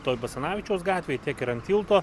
toj basanavičiaus gatvėj tiek ir ant tilto